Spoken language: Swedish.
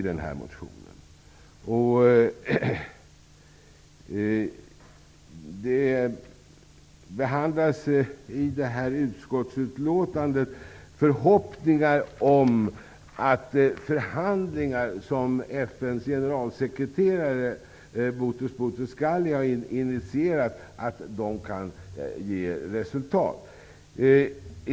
Det framförs i detta utskottsutlåtande förhoppningar om att de förhandlingar som FN:s generalsekreterare Boutros Boutros Ghali har initierat kan ge resultat.